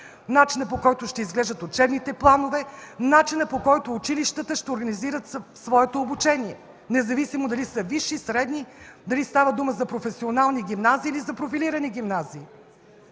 начина, по който ще изглеждат учебните планове; начина, по който училищата ще организират своето обучение, независимо дали са висши, средни или става дума за професионални гимназии или за профилирани гимназии?